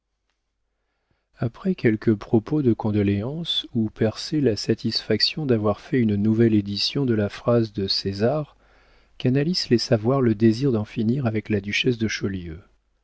après quelques propos de condoléance où perçait la satisfaction d'avoir fait une nouvelle édition de la phrase de césar canalis laissa voir le désir d'en finir avec la duchesse de